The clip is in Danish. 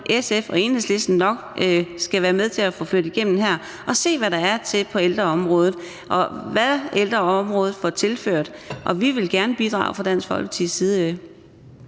SF og Enhedslisten nok skal være med til at få ført igennem, og se, hvad der er til ældreområdet, og hvad ældreområdet får tilført. Vi vil gerne bidrage fra Dansk Folkepartis side.